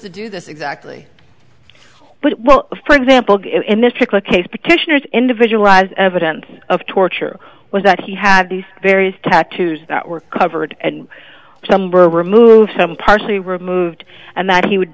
to do this exactly but well for example in this particular case partition as individual was evidence of torture was that he had these various tattoos that were covered and some were removed some partially removed and that he would